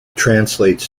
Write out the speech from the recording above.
translates